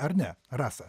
ar ne rasa